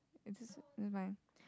it's just it's mine